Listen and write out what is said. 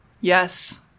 Yes